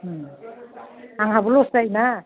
आंहाबो लस जायोना